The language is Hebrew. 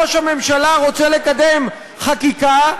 ראש הממשלה רוצה לקדם חקיקה,